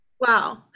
wow